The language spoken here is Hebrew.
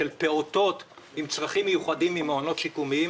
של פעוטות עם צרכים מיוחדים ממעונות שיקומיים,